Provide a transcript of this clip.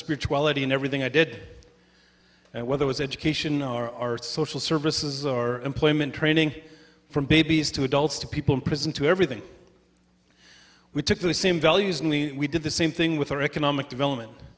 spirituality in everything i did whether was education our social services or employment training from babies to adults to people in prison to everything we took those same values and we did the same thing with our economic development